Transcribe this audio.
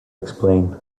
explain